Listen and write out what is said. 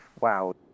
wow